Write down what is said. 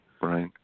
Right